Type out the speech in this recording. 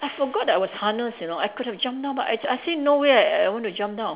I forgot that I was harnessed you know I could have jumped down but I I say no way I I want to jump down